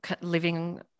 living